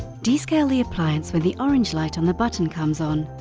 descale the appliance when the orange light on the button comes on.